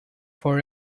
for